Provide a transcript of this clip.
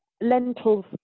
Lentils